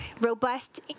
robust